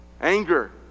anger